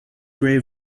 gray